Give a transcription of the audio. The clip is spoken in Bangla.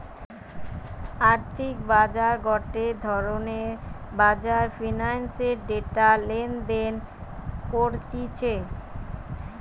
আর্থিক বাজার গটে ধরণের বাজার ফিন্যান্সের ডেটা লেনদেন করতিছে